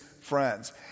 friends